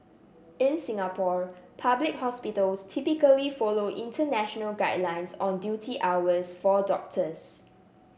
in Singapore public hospitals typically follow international guidelines on duty hours for doctors